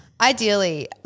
ideally